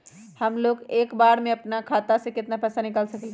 हमलोग एक बार में अपना खाता से केतना पैसा निकाल सकेला?